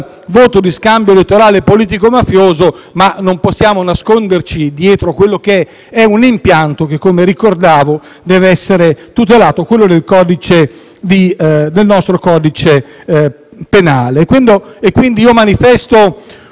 voto di scambio elettorale politico-mafioso, ma non possiamo nasconderci dietro a un impianto che - come ricordavo - deve essere tutelato, e cioè quello del nostro codice penale. Manifesto